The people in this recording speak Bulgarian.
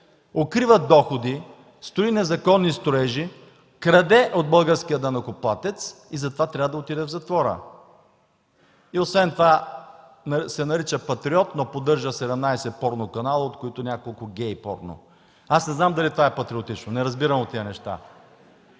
укрива доходи, строи незаконни строежи, краде от българския данъкоплатец и затова трябва да отиде в затвора. И освен това се нарича „патриот”, но поддържа 17 порно канала, от които някои гей-порно. (Оживление.) Аз не знам, дали това е патриотично, не разбирам от тези неща.